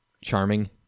charming